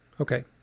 Okay